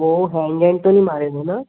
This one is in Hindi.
वह हैंग एंग तो नहीं मारेगी ना